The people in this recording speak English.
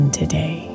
today